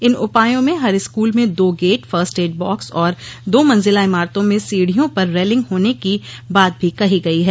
इन उपायों में हर स्कूल में दो गेट फर्स्ट एड बाक्स और दो मंजिला इमारतों में सीढियों पर रेलिंग होने की बात भी कहीं गयी है